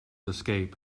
escape